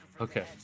okay